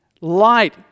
light